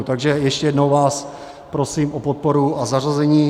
Takže ještě jednou vás prosím o podporu a zařazení.